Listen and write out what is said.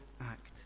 act